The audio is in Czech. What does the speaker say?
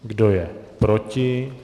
Kdo je proti?